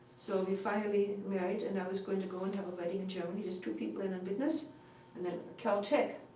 so we finally married. and i was going to go and have a wedding in germany just two people and a and witness. and then caltech,